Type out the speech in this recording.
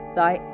thy